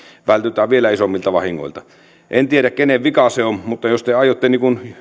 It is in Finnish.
vältytään vielä isommilta vahingoilta en tiedä kenen vika se on mutta jos te aiotte